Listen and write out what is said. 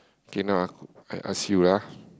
K now aku I ask you lah